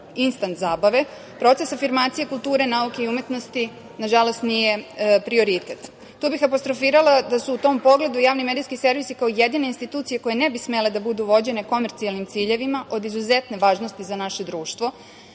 instant zabave, proces afirmacije kulture, nauke i umetnosti nažalost nije prioritet. Tu bih apostrofirala da su u tom pogledu javni medijski servisi, kao jedine institucije koje ne bi smele da budu vođene komercijalnim ciljevima, od izuzetne važnosti za naše društvo